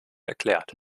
erklärt